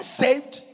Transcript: saved